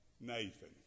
Nathan